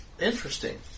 Interesting